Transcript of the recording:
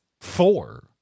four